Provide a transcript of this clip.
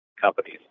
companies